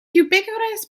ubiquitous